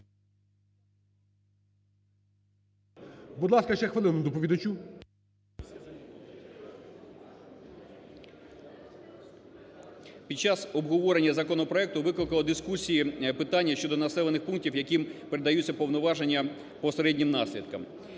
Під час обговорення законопроекту викликало дискусії питання щодо населених пунктів, яким передаються повноваження по середнім наслідкам.